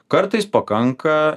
kartais pakanka